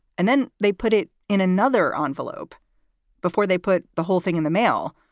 and then they put it in another envelope before they put the whole thing in the mail.